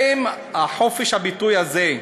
האם חופש הביטוי הזה,